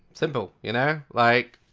simple, you know? like,